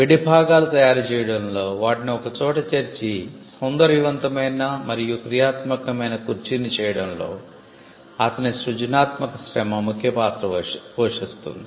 విడి భాగాలు తయారు చేయడంలో వాటిని ఒకచోట చేర్చి సౌందర్యవంతమైన మరియు క్రియాత్మకమైన కుర్చీని చేయడంలో అతని సృజనాత్మక శ్రమ ముఖ్య పాత్ర పోషిస్తుంది